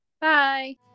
bye